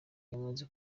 yamaze